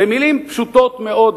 במלים פשוטות מאוד,